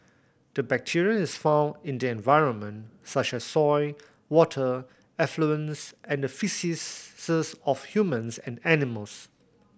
the bacteria is found in the environment such as soil water effluents and the faeces of humans and animals